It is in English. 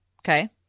Okay